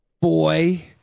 Boy